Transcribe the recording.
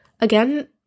again